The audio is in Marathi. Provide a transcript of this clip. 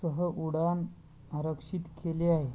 सह उड्डाण आरक्षित केले आहे